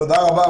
תודה רבה.